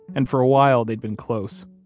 and for a while, they'd been close.